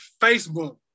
Facebook